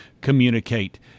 communicate